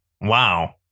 Wow